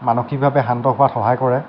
মানসিকভাৱে শান্ত হোৱাত সহায় কৰে